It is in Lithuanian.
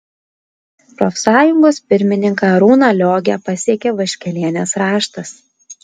profsąjungos pirmininką arūną liogę pasiekė vaškelienės raštas